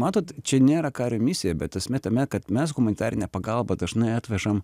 matot čia nėra kario misija bet esmė tame kad mes humanitarinę pagalbą dažnai atvežam